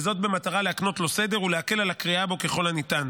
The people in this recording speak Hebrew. וזאת במטרה להקנות לו סדר ולהקל את הקריאה בו ככל הניתן.